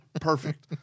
Perfect